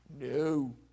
No